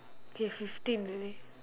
okay fifteen already